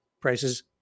prices